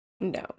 No